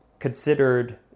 considered